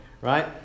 right